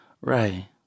Right